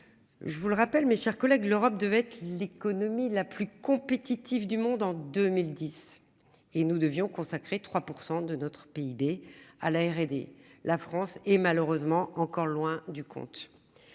Je vous le rappelle, mes chers collègues, l'Europe devait être l'économie la plus compétitive du monde en 2010 et nous devions consacrer 3% de notre PIB à la R&D. La France est malheureusement encore loin du compte.